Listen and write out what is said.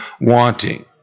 wanting